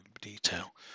detail